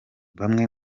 bamwe